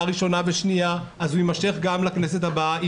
הראשונה והשנייה אז היא תימשך גם לכנסת הבאה.